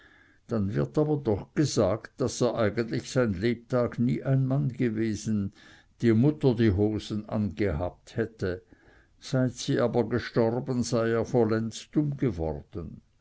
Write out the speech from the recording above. dann wird aber doch gesagt daß er eigentlich sein lebtag nie ein mann gewesen die mutter die hosen angehabt hätte seit sie aber gestorben sei er vollends dumm geworden